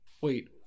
Wait